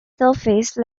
surface